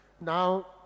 Now